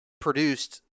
produced